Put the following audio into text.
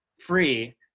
free